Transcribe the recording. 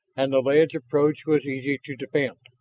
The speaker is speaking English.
and the ledge approach was easy to defend.